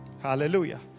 Hallelujah